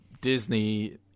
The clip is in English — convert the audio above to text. Disney